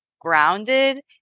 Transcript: grounded